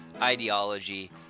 ideology